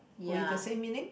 or with the same meaning